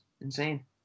insane